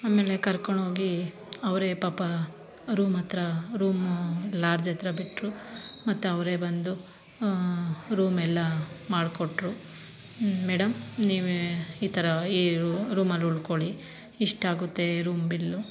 ಆಮೇಲೆ ಕರ್ಕೊಂಡು ಹೋಗಿ ಅವರೇ ಪಾಪ ರೂಮ್ ಹತ್ತಿರ ರೂಮ್ ಲಾಡ್ಜ್ ಹತ್ತಿರ ಬಿಟ್ಟರು ಮತ್ತು ಅವರೇ ಬಂದು ರೂಮ್ ಎಲ್ಲ ಮಾಡಿಕೊಟ್ರು ಮೇಡಮ್ ನೀವು ಈ ಥರ ಈ ರೂಮಲ್ಲಿ ಉಳ್ಕೊಳ್ಳಿ ಇಷ್ಟಾಗುತ್ತೆ ರೂಮ್ ಬಿಲ್